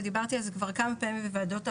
ודיברתי על זה כבר כמה פעמים בוועדות החינוך,